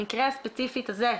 במקרה הספציפי הזה,